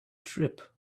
trip